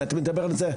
אם אתה מדבר על זה,